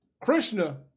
Krishna